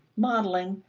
modeling,